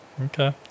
okay